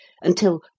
until